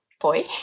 toy